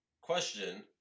Question